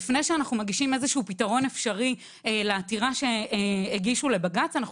לפני שאנחנו מגישים איזשהו פתרון אפשרי לעתירה שהגישו לבג"ץ אנחנו